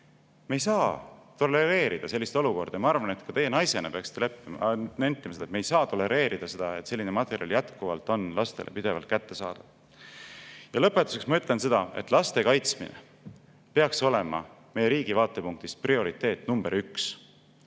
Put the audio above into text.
Me ei saa tolereerida sellist olukorda. Ma arvan, et ka teie naisena peaksite nentima seda, et me ei saa tolereerida seda, et selline materjal jätkuvalt on lastele pidevalt kättesaadav. Lõpetuseks, ma ütlen seda, et laste kaitsmine peaks olema meie riigi prioriteet number üks,